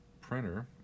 printer